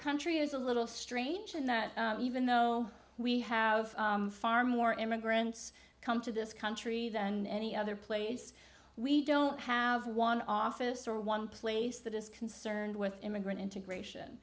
country is a little strange in that even though we have far more immigrants come to this country than any other place we don't have one office or one place that is concerned with immigrant integration